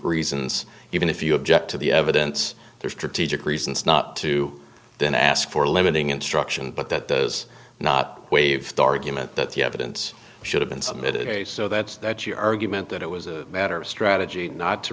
reasons even if you object to the evidence they're strategic reasons not to then ask for limiting instruction but that does not waive the argument that the evidence should have been submitted a so that's that your argument that it was a matter of strategy not to